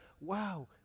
Wow